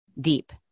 deep